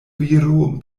viro